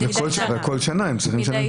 מדי שנה הם צריכים לשלם אגרה.